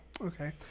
Okay